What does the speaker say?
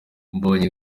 mbonye